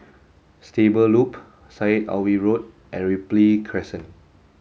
Stable Loop Syed Alwi Road and Ripley Crescent